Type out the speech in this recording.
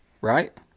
right